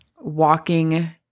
walking